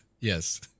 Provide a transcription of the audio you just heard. Yes